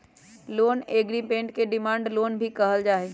loan agreement के demand loan भी कहल जा हई